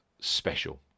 special